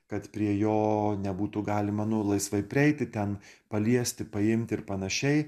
kad prie jo nebūtų galima laisvai prieiti ten paliesti paimti ir pan